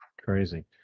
crazy